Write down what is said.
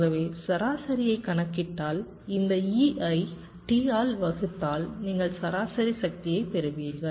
ஆகவே சராசரியைக் கணக்கிட்டால் இந்த E ஐ T ஆல் வகுத்தால் நீங்கள் சராசரி சக்தியைப் பெறுவீர்கள்